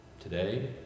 today